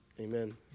amen